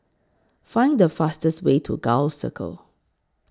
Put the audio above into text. Find The fastest Way to Gul Circle